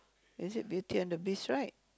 is it Beauty and the Beast right